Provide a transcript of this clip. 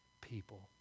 people